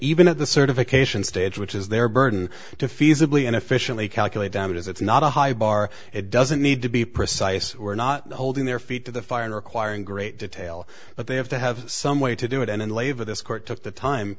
even at the certification stage which is their burden to feasibly and efficiently calculate damages it's not a high bar it doesn't need to be precise we're not holding their feet to the fire requiring great detail but they have to have some way to do it and leyva this court took the time